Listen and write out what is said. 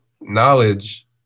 knowledge